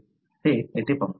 येथे पाहू